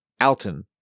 Alton